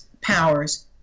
powers